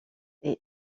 est